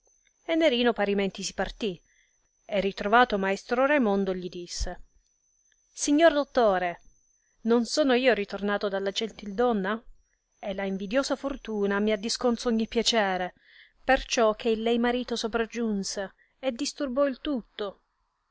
nerino parimenti si partì e ritrovato maestro raimondo gli disse signor dottore non sono io ritornato da quella gentildonna e la invidiosa fortuna mi ha disconzo ogni piacere perciò che il lei marito sopragiunse e disturbò il tutto